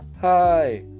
Hi